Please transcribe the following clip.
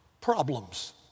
problems